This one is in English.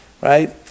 Right